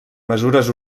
mesures